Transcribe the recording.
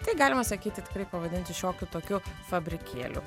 tai galima sakyti tikrai pavadinti šiokiu tokiu fabrikėliu